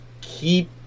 keep